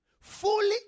Fully